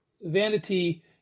vanity